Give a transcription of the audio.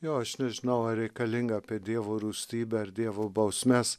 jo aš nežinau ar reikalinga apie dievo rūstybę ar dievo bausmes